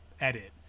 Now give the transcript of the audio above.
edit